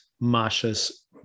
Masha's